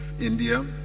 India